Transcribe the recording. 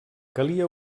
calia